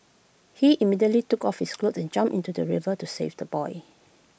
he immediately took off his clothes and jumped into the river to save the boy